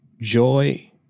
joy